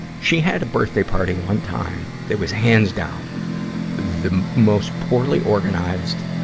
she had a birthday party one time that was hands-down the most poorly organized,